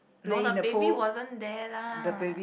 no the baby wasn't there lah